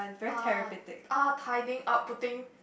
uh uh tidying up putting